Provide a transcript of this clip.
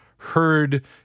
heard